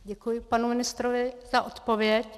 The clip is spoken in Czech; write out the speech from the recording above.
Děkuji panu ministrovi za odpověď.